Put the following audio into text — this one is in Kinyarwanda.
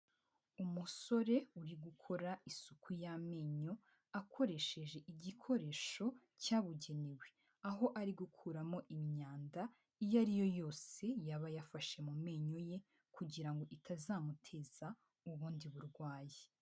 Umusore uri gukora isuku y'amenyo, akoresheje igikoresho cyabugenewe, aho ari gukuramo imyanda iyo ariyo yose yaba yafashe mumenyo ye, kugirango itazamuteza ubundi burwayi.